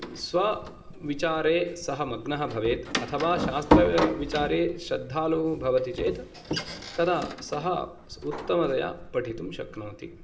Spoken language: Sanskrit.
स्वविचारे सः मग्न भवेत् अथवा शास्त्रविचारे श्रद्धालु भवति चेत् तदा सः उत्तमतया पठितुं शक्नोति